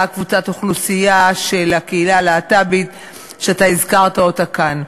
קבוצת אוכלוסייה של הקהילה הלהט"בית שהזכרת אותה כאן.